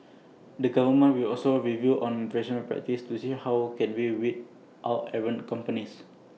the government will also review on practices to see how can we weed out errant companies